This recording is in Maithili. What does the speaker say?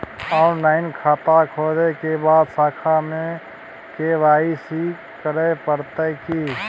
ऑनलाइन खाता खोलै के बाद शाखा में के.वाई.सी करे परतै की?